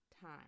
time